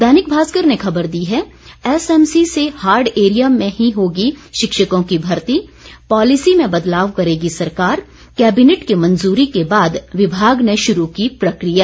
दैनिक भास्कर ने खबर दी है एस एम सी से हार्ड एरिया में ही होगी शिक्षकों की मर्ती पॉलिसी में बदलाव करेगी सरकार केबिनेट की मंजूरी के बाद विभाग ने शुरू की प्रक्रिया